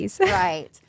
right